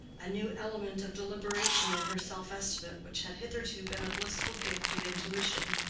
a new element of deliberation in her self-estimate which had hitherto been a blissful gift of intuition.